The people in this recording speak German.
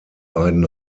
beiden